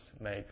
make